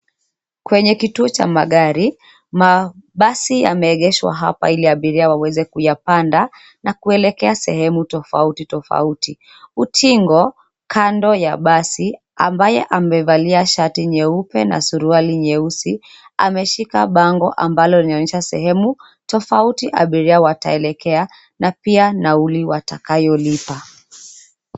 Kwenye kituo cha magari, mabasi yameegeshwa hapa ili abiria waweze kuyapanda na kuelekea sehemu tofauti tofauti. Utingo kando ya basi, amabaye amevalia shati nyeupe na suruali nyeusi ameshika bango amabalo linaonyesha sehemu tofauti abiria wataelekea na pia nauli watakayolipa.